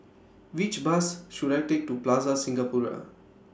Which Bus should I Take to Plaza Singapura